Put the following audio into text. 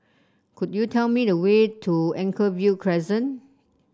could you tell me the way to Anchorvale Crescent